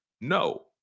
No